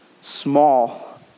small